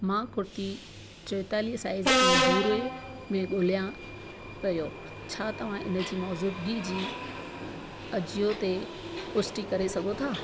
मां कुर्ती चोहेतालीह साइज ऐं भूरे में ॻोल्हियां पियो छा तव्हां इन जी मौजूदिगी जी अजियो ते पुष्टि करे सघो था